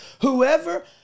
whoever